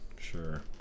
sure